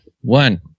One